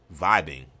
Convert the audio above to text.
vibing